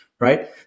Right